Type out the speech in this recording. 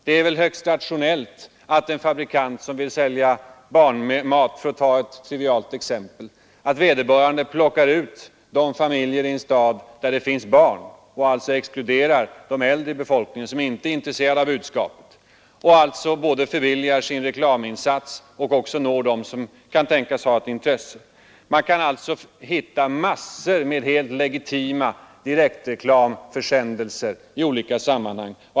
Det är väl högst rationellt att en fabrikant som vill sälja barnmat, för att ta ett exempel, plockar ut de familjer i en stad som har barn och alltså exkluderar den äldre befolkningen som inte rimligtvis är intresserad av budskapet och därmed både förbilligar sin reklaminsats och når just dem som kan tänkas vara intresserade. Man kan hitta massor av helt legitima direktreklamförsändelser i olika sammanhang.